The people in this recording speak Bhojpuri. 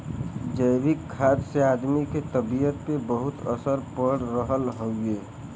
जैविक खाद से आदमी के तबियत पे बहुते असर पड़ रहल हउवे